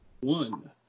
one